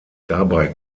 dabei